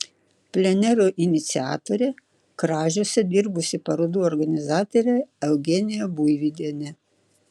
plenerų iniciatorė kražiuose dirbusi parodų organizatorė eugenija buivydienė